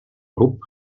grup